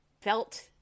felt